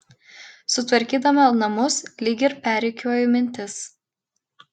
sutvarkydama namus lyg ir perrikiuoju mintis